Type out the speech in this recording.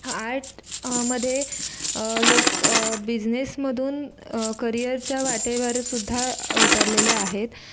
art मध्ये लोक बिजनेसमधून करियरच्या वाटेवरसुद्धा उतरलेले आहेत